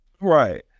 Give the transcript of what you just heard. Right